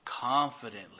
confidently